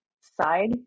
side